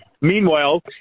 Meanwhile